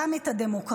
גם את הדמוקרטיה,